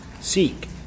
Seek